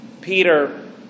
Peter